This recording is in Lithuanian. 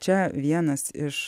čia vienas iš